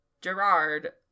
Gerard